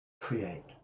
create